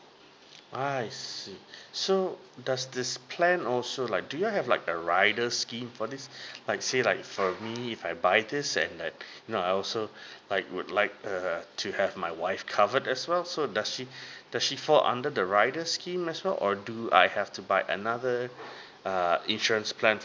I see so does this plan also like do you have like a rider scheme for this like say like for me if I buy this and like now I also like would like err to have my wife covered as well so does she does she fall under the riders scheme as well or do I have to buy another err insurance plan